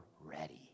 ready